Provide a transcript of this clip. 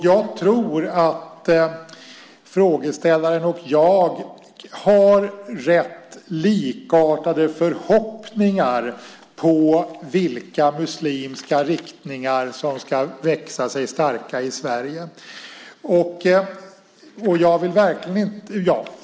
Jag tror att frågeställaren och jag har rätt likartade förhoppningar om vilka muslimska riktningar som ska växa sig starka i Sverige.